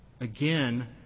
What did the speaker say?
Again